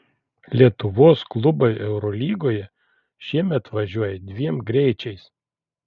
lietuvos klubai eurolygoje šiemet važiuoja dviem greičiais